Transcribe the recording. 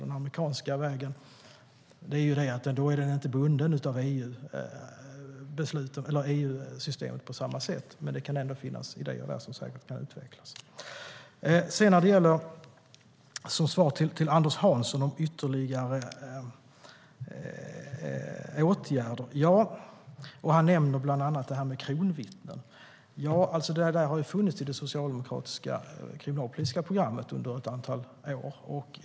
Den amerikanska vägen är inte bunden av EU-systemet på samma sätt, men det kan säkert ändå finnas idéer där som kan utvecklas. Anders Hansson talade om ytterligare åtgärder. Han nämnde bland annat kronvittnen. Ja, det har funnits i det socialdemokratiska kriminalpolitiska programmet under ett antal år.